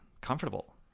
comfortable